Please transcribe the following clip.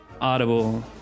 audible